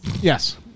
Yes